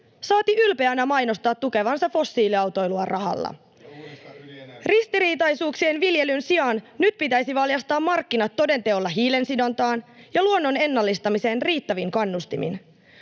saati ylpeänä mainostaa tukevansa fossiiliautoilua rahalla. [Keskeltä: Ja uudistaa ydinenergiaa!] Ristiriitaisuuksien viljelyn sijaan nyt pitäisi valjastaa markkinat toden teolla hiilensidontaan ja luonnon ennallistamiseen riittävin kannustimin.